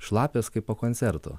šlapias kaip po koncerto